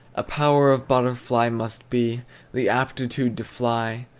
a power of butterfly must be the aptitude to fly,